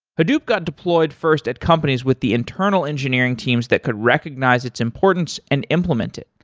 hadoop got deployed first at companies with the internal engineering teams that could recognize its importance and implement it,